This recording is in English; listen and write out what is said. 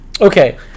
okay